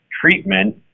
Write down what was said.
treatment